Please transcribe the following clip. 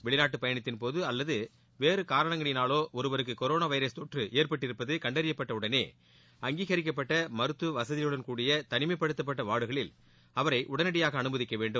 வெளிநாட்டு பயணத்தின் போது அல்லது வேறு காரணங்களினாலோ ஒருவருக்கு கொரோனா வைரஸ் தொற்று ஏற்பட்டிருப்பது கண்டறியப்பட்ட உடனே அங்கீகரிக்கப்பட்ட மருத்துவ வசதிகளுடன் கூடிய தனிமைப்படுத்தப்பட்ட வார்டுகளில் அவரை உடனடியாக அனுமதிக்க வேண்டும்